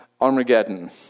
Armageddon